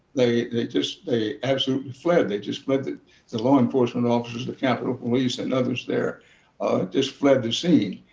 they they just they absolutely fled. they just fled the the law-enforcement officers, that capitol police, and others there just fled the scene.